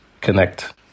connect